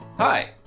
Hi